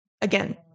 again